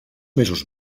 mesos